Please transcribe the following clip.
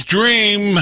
Dream